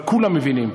אבל כולם מבינים,